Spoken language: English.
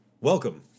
Welcome